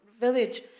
village